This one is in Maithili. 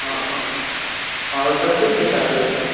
हँ कतेक पैसा लेबै